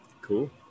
Cool